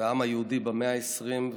והעם היהודי במאה ה-20,